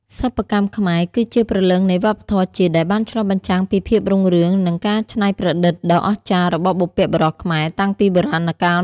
សិប្បកម្មខ្មែរគឺជាព្រលឹងនៃវប្បធម៌ជាតិ ដែលបានឆ្លុះបញ្ចាំងពីភាពរុងរឿង និងការច្នៃប្រឌិតដ៏អស្ចារ្យរបស់បុព្វបុរសខ្មែរតាំងពីបុរាណកាល។